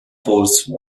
force